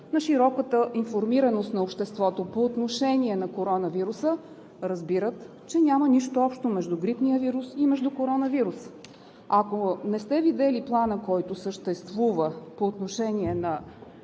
на широката информираност на обществото по отношение на коронавируса разбират, че няма нищо общо между грипния вирус и коронавируса. Ако не сте видели Плана, който съществува, по отношение на